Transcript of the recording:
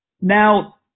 Now